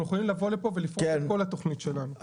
אנחנו יכולים לבוא לפה ולפרוס את כל התוכנית שלנו.